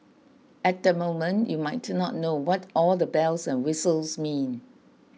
at the moment you might to not know what all the bells and whistles mean